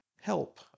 help